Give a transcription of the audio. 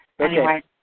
Okay